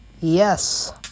Yes